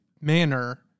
manner